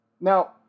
Now